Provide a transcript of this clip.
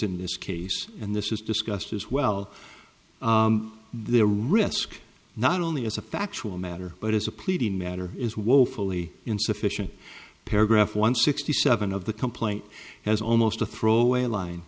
in this case and this is discussed as well the risk not only as a factual matter but as a pleading matter is woefully insufficient paragraph one sixty seven of the complaint has almost a throwaway line